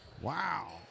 Wow